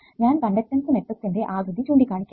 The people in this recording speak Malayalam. ഞാൻ കണ്ടക്ടൻസ് മെട്രിക്സിന്റെ ആകൃതി ചൂണ്ടിക്കാണിക്കാം